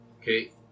Okay